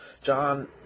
John